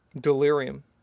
delirium